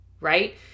Right